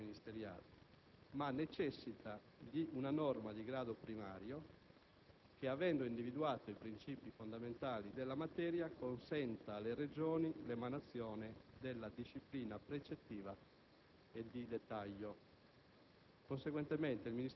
(come il decreto ministeriale), ma necessita di una norma di grado primario che, avendo individuato i princìpi fondamentali della materia, consenta alle Regioni l'emanazione della disciplina precettiva e di dettaglio.